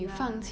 ya